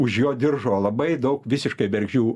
už jo diržo labai daug visiškai bergždžių